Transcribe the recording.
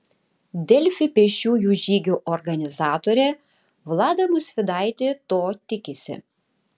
delfi pėsčiųjų žygio organizatorė vlada musvydaitė to tikisi